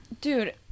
dude